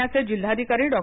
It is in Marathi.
पुण्याचे जिल्हाधिकारी डॉ